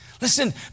Listen